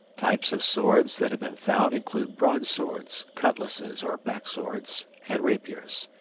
types of swords that have been found include broadswords, cutlasses or back swords, and rapiers.